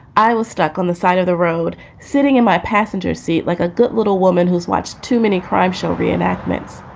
i was stuck on the side of the road sitting in my passenger seat like a good little woman who's watched too many crime show reenactments.